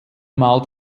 malt